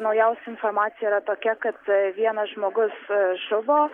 naujausia informacija yra tokia kad vienas žmogus žuvo